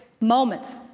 moments